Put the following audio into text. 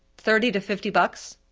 thirty to fifty bucks,